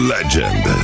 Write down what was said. Legend